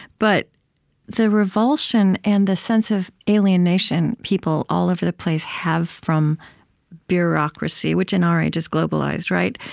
but the revulsion and the sense of alienation people all over the place have from bureaucracy, which in our age is globalized, right?